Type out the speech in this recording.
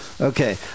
Okay